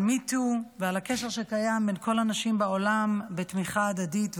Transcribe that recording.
על MeToo ועל הקשר שקיים בין כל הנשים בעולם בתמיכה הדדית,